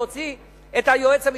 להוציא את היועץ המשפטי.